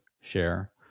share